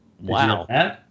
Wow